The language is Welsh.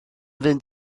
fynd